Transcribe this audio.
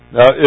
Now